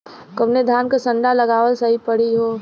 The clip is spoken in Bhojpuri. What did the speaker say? कवने धान क संन्डा लगावल सही परी हो?